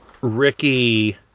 Ricky